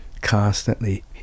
constantly